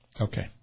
Okay